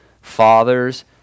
Fathers